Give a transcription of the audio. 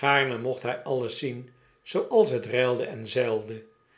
gaarne mocht hy alles zien zooals t reilde en zeilde